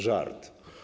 Żart.